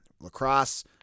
lacrosse